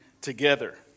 together